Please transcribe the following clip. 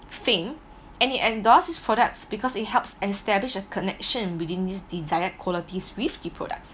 thing and it endorse these products because it helps establish a connection within this desired qualities with the products